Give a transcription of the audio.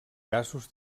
casos